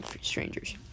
strangers